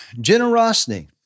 generosity